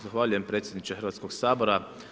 Zahvaljujem predsjedniče Hrvatskog sabora.